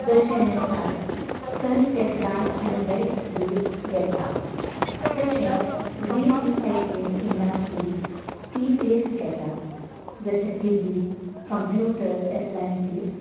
जशे नेसाय थंय ते ड्राय आनी वेट वेस्ट घेता तशेंच वी रिसायकलींग इंडस्ट्रीज इ वेस्ट घेता जशे टि वी कंप्युटर्स एप्लायन्सीस